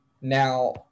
Now